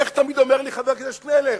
איך תמיד אומר לי חבר הכנסת שנלר?